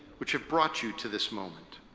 which have brought you to this moment.